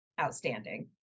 outstanding